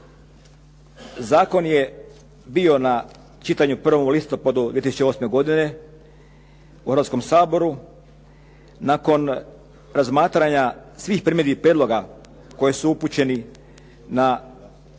Zakon je bio na čitanju 1. listopadu 2008. godine u Hrvatskom saboru. Nakon razmatranja svih primjedbi i prijedloga koji su upućeni na tekst,